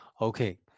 okay